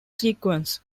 sequence